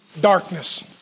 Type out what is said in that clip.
darkness